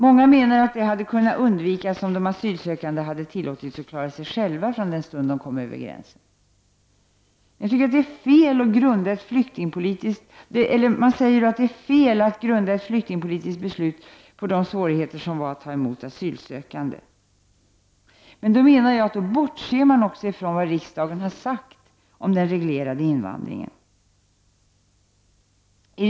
Många menar att det hade kunnat undvikas om de asylsökande hade tillåtits att klara sig själva från den stund de kom över gränsen. Det har sagts att det var fel att grunda ett flyktingpolitiskt beslut på svårigheterna att ta emot asylsökande. Men då bortser man från vad riksdagen har uttalat om den reglerade invandringspolitiken.